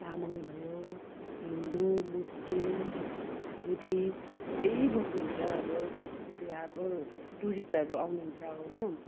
तामाङ भयो Hindu Muslim Buddhist सबै बस्नु हुन्छ अब त्यसले अब टुरिस्टहरू आउनु हुन्छ अब होइन